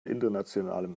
internationalem